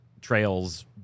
Trails